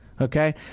Okay